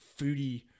foodie